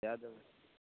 दए देबय